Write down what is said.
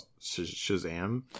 Shazam